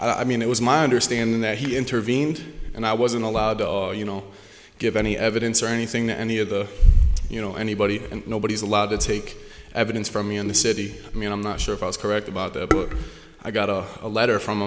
orden i mean it was my understanding that he intervened and i wasn't allowed to you know give any evidence or anything to any of the you know anybody and nobody's allowed to take evidence from me in the city i mean i'm not sure if i was correct about that i got a letter from